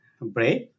brave